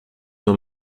nur